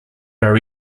are